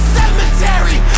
cemetery